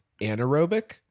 anaerobic